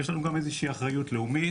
יש לנו גם איזו שהיא אחריות לאומית,